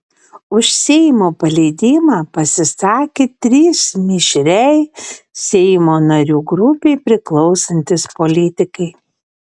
už seimo paleidimą pasisakė trys mišriai seimo narių grupei priklausantys politikai